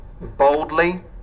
boldly